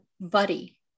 buddy